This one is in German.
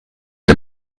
der